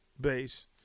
base